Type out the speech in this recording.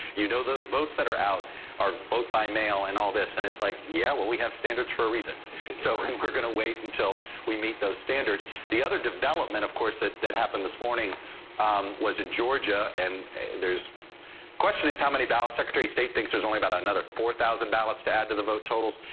you know the votes that are out or vote by mail and all this and it's like yeah, we have standards for a reason so we're going to wait until we meet those standards the other development of course that that happened this morning was in georgia and there's question is how many dollars secretary state thinks there's only about another four thousand ballots to add to the vote totals.